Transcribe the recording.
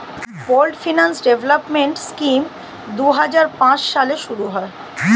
pooled finance development scheme দুই হাজার পাঁচ সালে শুরু হয়